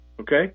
okay